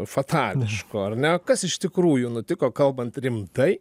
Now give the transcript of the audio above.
fatališko ar ne kas iš tikrųjų nutiko kalbant rimtai